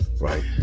Right